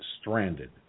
stranded